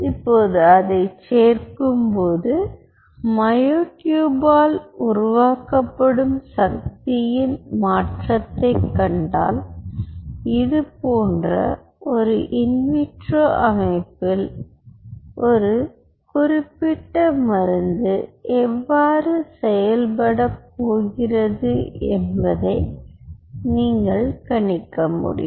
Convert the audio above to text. இப்போது அதை சேர்க்கும்போது மையோ டியூப் ஆல் உருவாக்கப் படும் சக்தியின் மாற்றத்தைக் கண்டால் இது போன்ற ஒரு இன் விட்ரோ அமைப்பில் ஒரு குறிப்பிட்ட மருந்து எவ்வாறு செயல்படப் போகிறது என்பதை நீங்கள் கணிக்க முடியும்